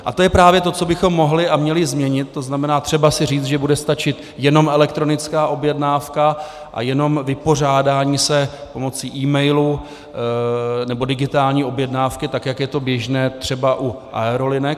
A to je právě to, co bychom mohli a měli změnit, to znamená, třeba si říct, že bude stačit jenom elektronická objednávka a jenom vypořádání se pomocí emailu nebo digitální objednávky, tak je to běžné třeba u aerolinek.